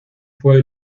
fue